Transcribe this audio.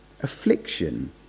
affliction